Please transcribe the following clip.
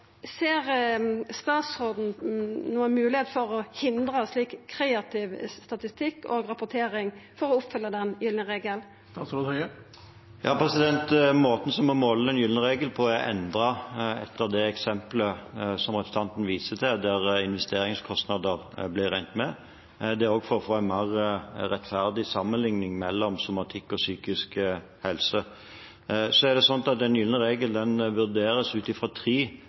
Ser statsråden noka mogelegheit for å hindra slik kreativ statistikk og rapportering for å oppfylla den gylne regelen? Måten man måler den gylne regel på, er endret etter det eksemplet som representanten viser til, der investeringskostnader ble regnet med. Det er også for å få en mer rettferdig sammenlikning mellom somatikk og psykisk helse. Den gylne regel vurderes ut fra tre faktorer. Det er både aktivitet, kostnader og ventetid, og det er summen av de tre